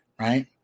right